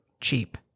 cheap